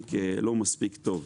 מספיק טוב.